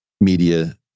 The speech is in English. media